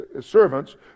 servants